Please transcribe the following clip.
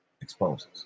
exposes